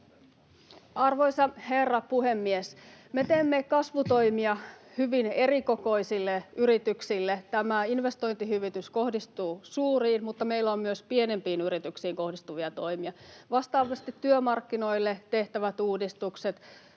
Arvoisa herra puhemies! Me teemme kasvutoimia hyvin erikokoisille yrityksille. Tämä investointihyvitys kohdistuu suuriin, mutta meillä on myös pienempiin yrityksiin kohdistuvia toimia. Vastaavasti työmarkkinoille tehtävät uudistukset